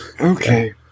Okay